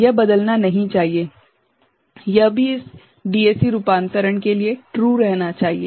यह बदलना नहीं चाहिए यह भी इस डीएसी रूपांतरण के लिए ट्रू रहना चाहिए